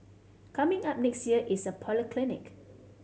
coming up next year is a polyclinic